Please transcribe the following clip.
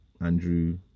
Andrew